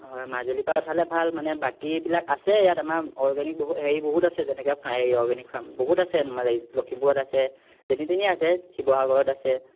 হয় মাজুলীৰ পৰা উঠালে ভাল মানে বাকীবিলাক আছে ইয়াত আমাৰ অৰ্গেনিক বহুত হেৰি বহুত আছে যেনেকৈ হেৰি অৰ্গেনিক ফাৰ্ম বহুত আছে লখিমপুৰত আছে যেনি তেনি আছে শিৱসাগৰত আছে